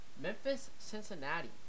Memphis-Cincinnati